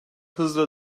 hızla